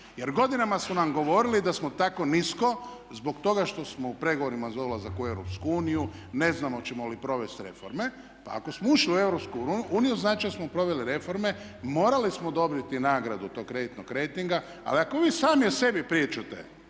Jer godinama su nam govorili da smo tako nisko zbog toga što smo u pregovorima za ulazak u Europsku uniju, ne znamo hoćemo li provesti reforme. Pa ako smo ušli u Europsku uniju znači da smo proveli reforme, morali smo …/Govornik se ne razumije./… nagradu tog kreditnog rejtinga ali ako vi sami o sebi pričate